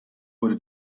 wurde